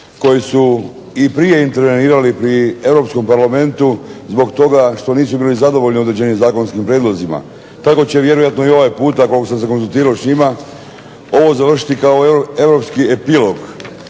koji su i prije intervenirali pri Europskom Parlamentu zbog toga što nisu bili zadovoljni određenim zakonskim prijedlozima. Tako će vjerojatno i ovaj puta koliko sam se konzultirao s njima ovo završiti kao europski epilog